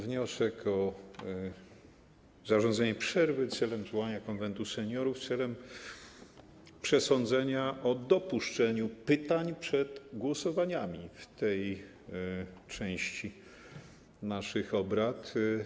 Wniosek o zarządzenie przerwy celem zwołania Konwentu Seniorów w celu przesądzenia o dopuszczeniu pytań przed głosowaniami w tej części naszych obrad.